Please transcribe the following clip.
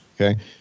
Okay